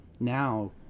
now